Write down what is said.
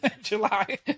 July